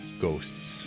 Ghosts